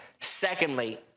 Secondly